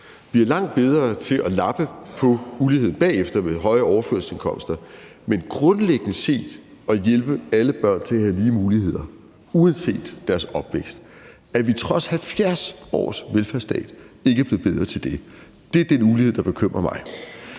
Vi er langt bedre til at lappe på uligheden bagefter med høje overførselsindkomster; men at hjælpe alle børn til at have lige muligheder uanset deres opvækst er vi grundlæggende set trods 70 års velfærdsstat ikke blevet bedre til. Det er den ulighed, der bekymrer mig.